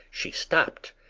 she stopped,